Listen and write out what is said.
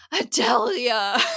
Adelia